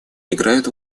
играют